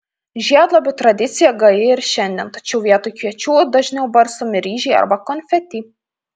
žiedlapių tradicija gaji ir šiandien tačiau vietoj kviečių dažniau barstomi ryžiai arba konfeti